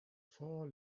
four